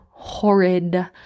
horrid